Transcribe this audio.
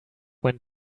when